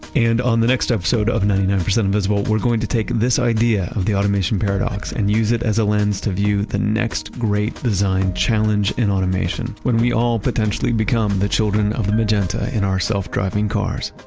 and on the next episode of ninety nine percent invisible, we're going to take this idea of the automation paradox and use it as a lens to view the next great design challenge in automation when we all potentially become the children of the magenta in our self-driving cars.